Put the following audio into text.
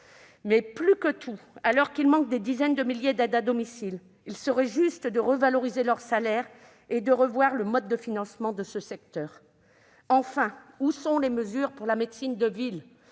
plus que tout, alors qu'il manque des dizaines de milliers d'aides à domicile, il serait juste de revaloriser le salaire de ces dernières et de revoir le mode de financement de ce secteur. Enfin, où sont les mesures pour la médecine de ville ?